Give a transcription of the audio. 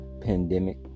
pandemic